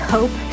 Hope